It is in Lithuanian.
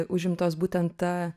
užimtos būtent ta